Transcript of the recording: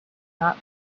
not